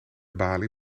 balie